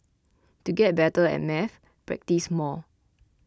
to get better at maths practise more